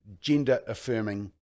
gender-affirming